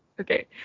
Okay